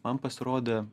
man pasirodė